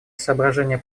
соображения